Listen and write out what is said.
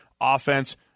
offense